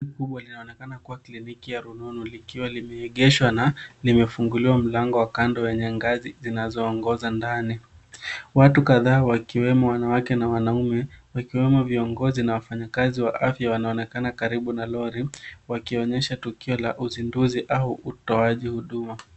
Hili linaonekana kuwa kliniki ya rununu likiwa limeegeshwa na limefunguliwa mlango wa kando wenye ngazi zinazoongoza ndani. Watu kadhaa wakiwemo wanawake na wanaume, wakiwemo viongozi na wafanyakazi wa afya wanaonekana karibu na lori, wakionyesha tukio la uzinduzi au utoaji huduma.